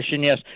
yes